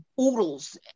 oodles